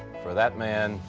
for that man?